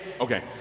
Okay